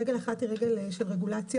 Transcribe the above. רגל אחת היא רגל של רגולציה,